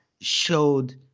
showed